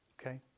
Okay